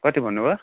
कति भन्नुभयो